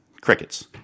crickets